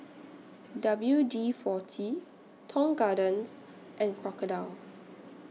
W D forty Tong Garden and Crocodile